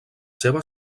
seva